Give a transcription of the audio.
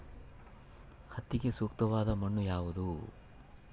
ಹತ್ತಿಗೆ ಸೂಕ್ತವಾದ ಮಣ್ಣು ಯಾವುದು?